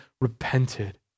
repented